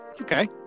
Okay